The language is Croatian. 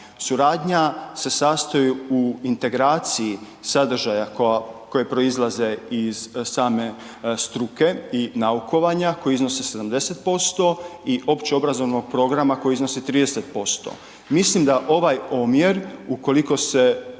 Suradnja se sastoji u integraciji sadržaja koji proizlaze iz same struke i naukovanja, koji iznose 70% i opće obrazovnog programa koji iznosi 30%. Mislim da ovaj omjer ukoliko se